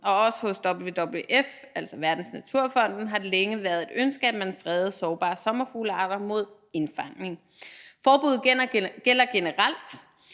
Og også hos WWF, altså Verdensnaturfonden, har det længe været et ønske, at man fredede sårbare sommerfuglearter mod indfangning. Forbuddet gælder generelt,